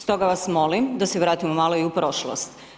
Stoga vas molim da se vratimo malo i u prošlost.